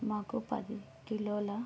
మాకు పది కిలోల